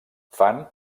fan